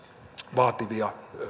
vaativia